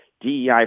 DEI